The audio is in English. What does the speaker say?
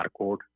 barcode